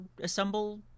assemble